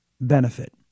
benefit